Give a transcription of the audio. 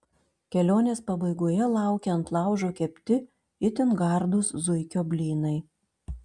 kelionės pabaigoje laukia ant laužo kepti itin gardūs zuikio blynai